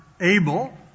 Abel